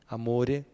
amore